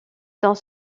dans